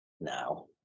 now